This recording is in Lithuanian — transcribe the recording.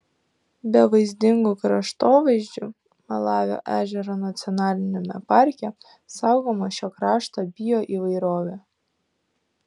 be vaizdingų kraštovaizdžių malavio ežero nacionaliniame parke saugoma šio krašto bioįvairovė